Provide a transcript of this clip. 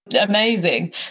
amazing